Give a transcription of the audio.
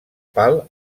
pal